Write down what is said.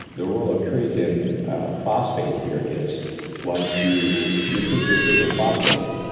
the role of creatine phosphate here is once you deplete your creatine phosphate,